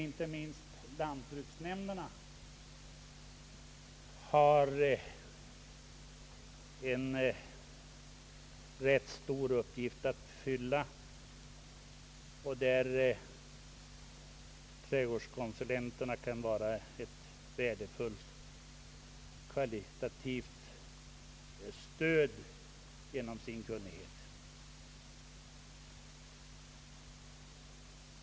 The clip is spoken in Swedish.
Inte minst lantbruksnämnderna har därvidlag en stor uppgift att fylla. Trädgårdskonsulenterna kan vara ett värdefullt kvalitativt stöd genom sin kunnighet.